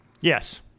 Yes